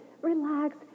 relax